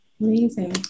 Amazing